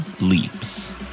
Leaps